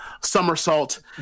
somersault